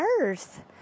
earth